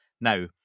Now